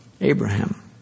Abraham